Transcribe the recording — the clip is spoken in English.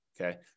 Okay